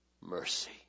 mercy